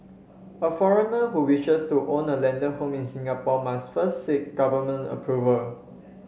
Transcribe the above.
a foreigner who wishes to own a landed home in Singapore must first seek government approval